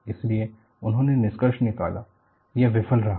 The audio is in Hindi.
इसलिए उन्होंने निष्कर्ष निकाला यह विफल रहा